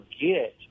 forget